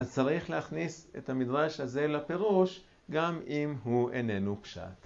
אז צריך להכניס את המדרש הזה לפירוש, גם אם הוא איננו פשט